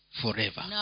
forever